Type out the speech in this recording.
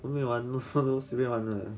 我没有玩我是随便玩的